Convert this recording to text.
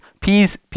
peas